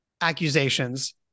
accusations